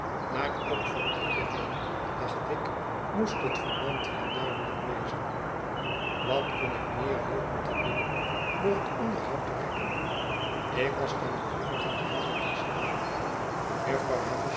maar ook voor iedereen dacht ik moest het verband hier duidelijk wezen wat kon ik meer hopen te winnen door het onderhoud te rekken ik was ten behoeve van herbert geslaagd jufvrouw